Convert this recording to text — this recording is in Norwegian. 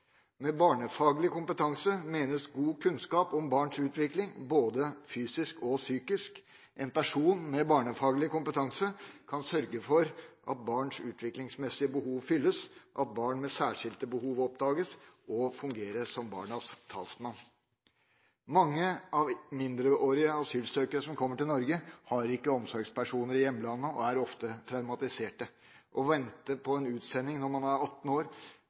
Med barnefaglig kompetanse menes god kunnskap om barns utvikling både fysisk og psykisk. En person med barnefaglig kompetanse kan sørge for at barns utviklingsmessige behov oppfylles, og at barn med særskilte behov oppdages, og fungere som barnas talsmann. Mange mindreårige asylsøkere som kommer til Norge, har ikke omsorgspersoner i hjemlandet og er ofte traumatiserte. Å vente på en utsending når man er 18 år,